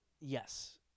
Yes